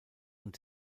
und